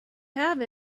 have